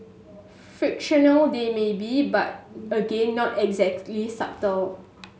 fictional they may be but again not exactly subtle